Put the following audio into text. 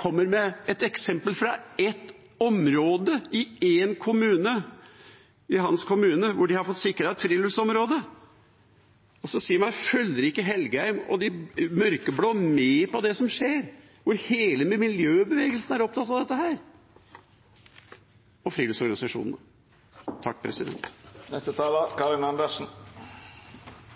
kommer med et eksempel fra ett område i én kommune – hans kommune – hvor de har fått sikret et friluftsområde. Si meg: Følger ikke Engen-Helgheim og de mørkeblå med på det som skjer? Hele miljøbevegelsen og friluftsorganisasjonene er opptatt av dette. Vi hadde høring om denne saken i kommunal- og